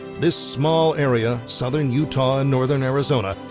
this small area, southern utah and northern arizona,